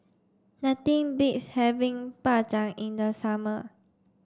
nothing beats having Bak Chang in the summer